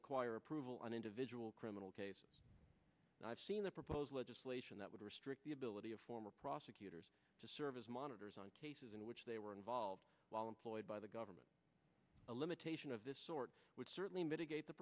require approval on individual criminal case i've seen the proposed legislation that would restrict the ability of former prosecutors to serve as monitors on cases in which they were involved while employed by the government a limitation of this sort would certainly mitigate the